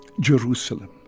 Jerusalem